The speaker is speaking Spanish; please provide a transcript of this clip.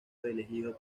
elegido